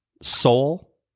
soul